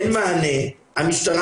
בעבודה שעושים עורכי דין שלנו בשטח,